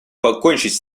покончить